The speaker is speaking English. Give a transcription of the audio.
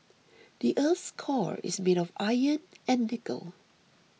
the earth's core is made of iron and nickel